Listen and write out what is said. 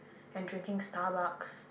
and drinking Starbucks